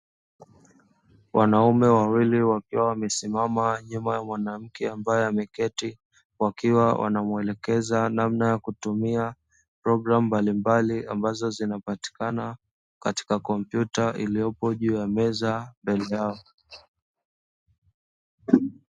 Wanaume wawili wakiwa wamesimama nyuma ya mwanamke ambaye ameketi wakiwa wanamwelekeza namna ya kutumia programu mbalimbali ambazo zinapatikana katika kompyuta iliyopo juu ya meza mbele yao.